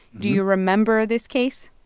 do you remember this case?